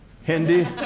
Hindi